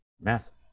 massive